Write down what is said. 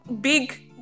big